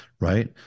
right